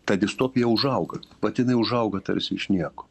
ta distopija užauga patinai užauga tarsi iš nieko